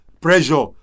pressure